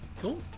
Cool